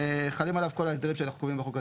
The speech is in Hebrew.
חלים עליו כל ההסדרים שאנחנו קובעים בחוק הזה.